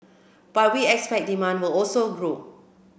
but we expect demand will also grow